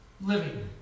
living